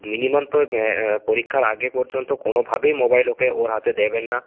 minimum তো পরীক্ষার আগে পর্যন্ত কোনোভাবেই মোবাইল ওকে ওর হাতে দেবেন না